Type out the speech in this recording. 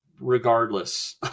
Regardless